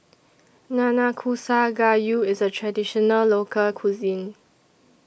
Nanakusa Gayu IS A Traditional Local Cuisine